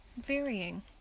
varying